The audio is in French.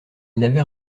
n’avait